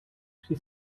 she